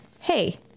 hey